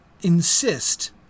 insist